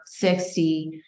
60